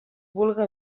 vulga